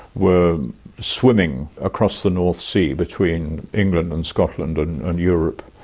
were swimming across the north sea between england and scotland and and europe,